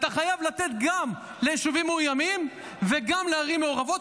אתה חייב לתת גם ליישובים מאוימים וגם לערים מעורבות,